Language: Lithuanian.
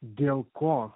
dėl ko